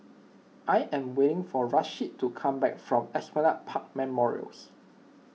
I am waiting for Rasheed to come back from Esplanade Park Memorials